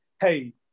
hey